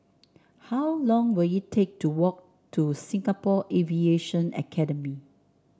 how long will it take to walk to Singapore Aviation Academy